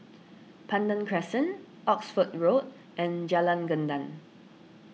Pandan Crescent Oxford Road and Jalan Gendang